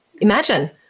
Imagine